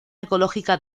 ecológica